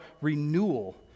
renewal